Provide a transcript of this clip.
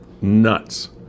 nuts